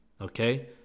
okay